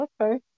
Okay